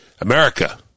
America